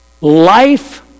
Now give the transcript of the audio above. Life